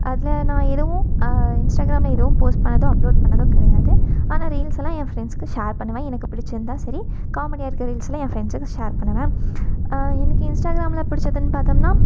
அதில் நான் எதுவும் இன்ஸ்டாகிராமில் எதுவும் போஸ்ட் பண்ணதோ அப்லோட் பண்ணதோ கிடையாது ஆனால் ரீல்ஸ்லாம் என் ஃப்ரெண்ட்ஸுக்கு ஷேர் பண்ணுவேன் எனக்கு பிடித்திருந்தா சரி காமெடியாக இருக்கிற ரீல்ஸ்லாம் என் ஃப்ரெண்ட்ஸுக்கு ஷேர் பண்ணுவேன் எனக்கு இன்ஸ்டாகிராமில் பிடிச்சதுன்னு பாத்தோம்னா